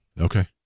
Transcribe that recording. Okay